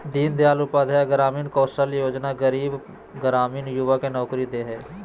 दीन दयाल उपाध्याय ग्रामीण कौशल्य योजना गरीब ग्रामीण युवा के नौकरी दे हइ